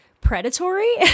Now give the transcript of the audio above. predatory